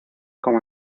como